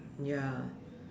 ya